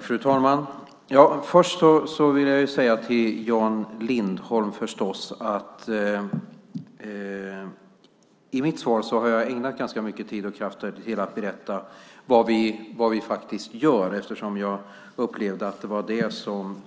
Fru talman! Först vill jag säga till Jan Lindholm att jag har ägnat ganska mycket tid och kraft i mitt svar åt att berätta vad vi faktiskt gör, eftersom jag upplevde att det var det